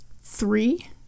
Three